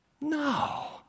No